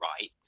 right